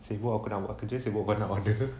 sibuk aku nak buat kerja sibuk kau nak order